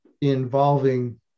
involving